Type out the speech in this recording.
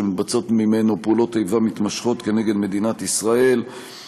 שמתבצעות ממנו פעולות איבה מתמשכות כנגד מדינת ישראל,